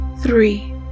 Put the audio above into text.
three